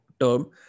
term